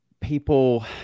people